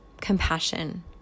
compassion